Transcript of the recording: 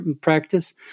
practice